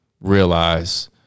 realize